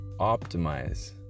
optimize